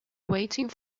waiting